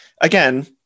again